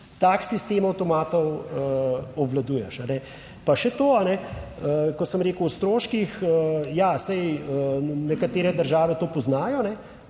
tak sistem avtomatov obvladuješ. Pa še to, kot sem rekel o stroških, nekatere države to poznajo,